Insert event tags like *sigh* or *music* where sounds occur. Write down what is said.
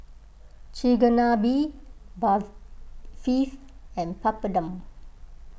Chigenabe bar *unintelligible* and Papadum